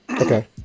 Okay